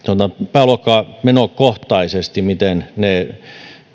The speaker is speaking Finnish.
pääluokka ja menokohtaisesti miten ne